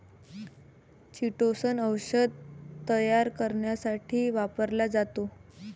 chitosan औषध तयार करण्यासाठी वापरला जातो